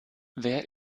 wer